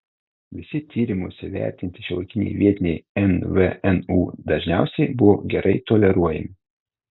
visi tyrimuose vertinti šiuolaikiniai vietiniai nvnu dažniausiai buvo gerai toleruojami